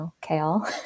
kale